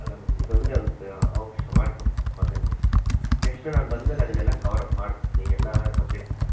ಅಲ್ಲ ಮ್ಯಾಮ್ ಇದೊಂದೇ ಒಂದು ಸ್ ಅವಕಾಶ ಮಾಡ್ಕೊಡಿ ಮ್ಯಾಮ್ ಮಗನಿಗೆ ನೆಕ್ಸ್ಟು ನಾನು ಬಂದ್ಮೇಲೆ ಅದನ್ನೆಲ್ಲ ಕವರ್ ಅಪ್ ಮಾಡಸ್ತೀನಿ ಎಲ್ಲಾ ಸಬ್ಜೆಕ್ಟ್ಸ್ನ